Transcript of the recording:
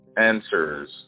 answers